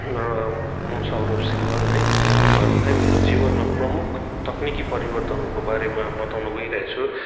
म सौरभ सिल्वाल है म तपाईँहरूलाई मेरो जीवनमा प्रमुख तक्निकी परिवर्तनहरूको बारेमा बताउन गइरहेछु